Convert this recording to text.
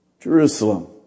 Jerusalem